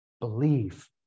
believe